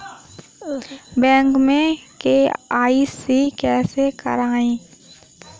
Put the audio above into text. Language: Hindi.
बैंक में के.वाई.सी कैसे करायें?